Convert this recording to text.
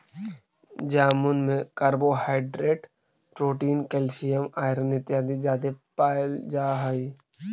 जामुन में carbohydrate protein calcium iron इत्यादि जादे पायल जा हई